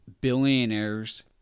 billionaires